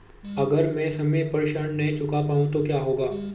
अगर म ैं समय पर ऋण न चुका पाउँ तो क्या होगा?